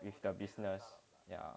with the business yeah